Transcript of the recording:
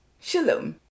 Shalom